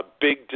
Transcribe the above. Big